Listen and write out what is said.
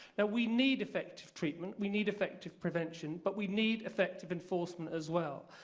and we need effective treatment, we need effective prevention, but we need effective enforcement as well.